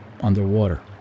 underwater